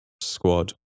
squad